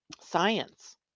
Science